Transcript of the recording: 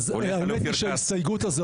האמת היא שההסתייגות הזו,